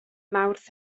mawrth